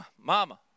Mama